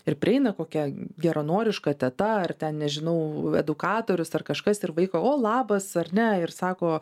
ir prieina kokia geranoriška teta ar ten nežinau edukatorius ar kažkas ir vaiko o labas ar ne ir sako